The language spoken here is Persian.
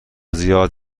زیاد